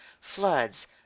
floods